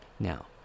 Now